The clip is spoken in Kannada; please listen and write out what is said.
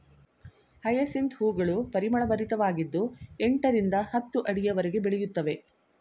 ಹಯಸಿಂತ್ ಹೂಗಳು ಪರಿಮಳಭರಿತವಾಗಿದ್ದು ಎಂಟರಿಂದ ಹತ್ತು ಅಡಿಯವರೆಗೆ ಬೆಳೆಯುತ್ತವೆ